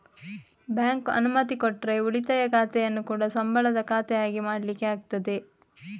bank ಅನುಮತಿ ಕೊಟ್ರೆ ಉಳಿತಾಯ ಖಾತೆಯನ್ನ ಕೂಡಾ ಸಂಬಳದ ಖಾತೆ ಆಗಿ ಮಾಡ್ಲಿಕ್ಕೆ ಆಗ್ತದೆ